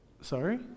Sorry